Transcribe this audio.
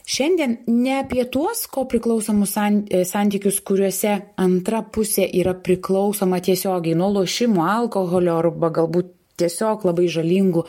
šiandien ne apie tuos kopriklausomus san santykius kuriuose antra pusė yra priklausoma tiesiogiai nuo lošimų alkoholio arba galbū tiesiog labai žalingų